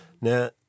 Now